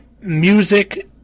music